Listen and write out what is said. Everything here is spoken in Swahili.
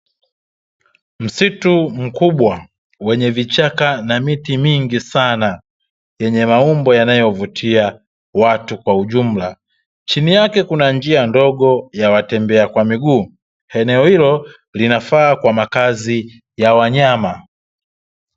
Msitu mkubwa wenye vichaka na miti mingi sana yenye maumbo yanayovutia watu kwa ujumla, chini yake kuna njia ndogo ya watembea kwa miguu, eneo hilo linafaa kwa makazi ya wanyama.